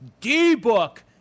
D-Book